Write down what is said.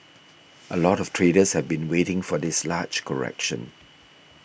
a lot of traders have been waiting for this large correction